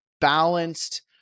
balanced